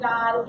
God